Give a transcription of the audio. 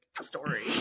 story